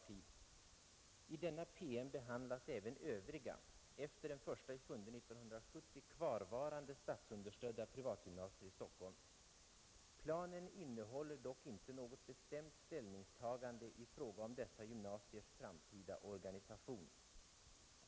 I denna PM behandlas även övriga, efter 1.7.1970 kvarvarande statsunderstödda privatgymnasier i Stockholm. Planen innehåller dock inte något bestämt ställningstagande i fråga om dessa gymnasiers framtida organisation.